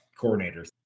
coordinators